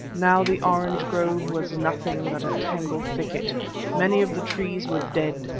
now the orange grove was nothing but a tangled thicket many of the trees were dead,